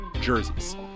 jerseys